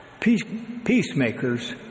Peacemakers